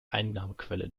einnahmequelle